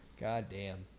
Goddamn